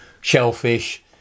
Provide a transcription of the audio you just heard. shellfish